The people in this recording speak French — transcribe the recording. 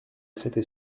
traité